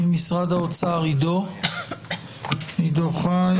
עידו חי